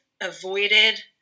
avoided